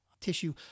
tissue